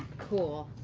cool.